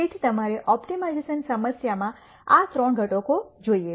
તેથી તમારે ઓપ્ટિમાઇઝેશન સમસ્યામાં આ ત્રણ ઘટકો જોઈએ